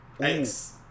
Thanks